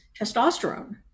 testosterone